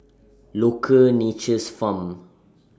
Loacker Nature's Farm